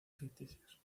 ficticios